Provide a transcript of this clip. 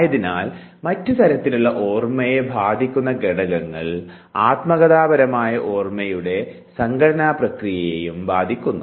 ആയതിനാൽ മറ്റ് തരത്തിലുള്ള ഓർമ്മയെ ബാധിക്കുന്ന ഘടകങ്ങൾ ആത്മകഥാപരമായ ഓർമ്മയുടെയുടെ സംഘടനാ പ്രക്രിയയെയും ബാധിക്കുന്നു